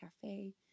cafe